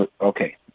Okay